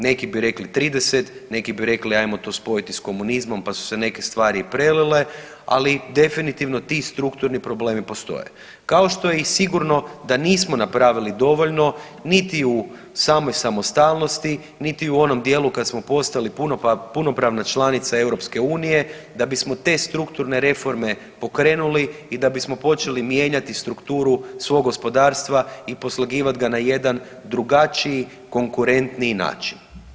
Neki bi rekli 30, neki bi rekli ajmo to spojiti s komunizmom pa su se neke stvari i prelile, ali definitivno ti strukturni problemi postoje kao što je i sigurno da nismo napravili dovoljno niti u samoj samostalnosti, niti u onom dijelu kad smo postali punopravna članica EU da bismo te strukturne reforme pokrenuli i da bismo počeli mijenjati strukturu svog gospodarstva i poslagivat na jedan drugačiji, konkurentniji način.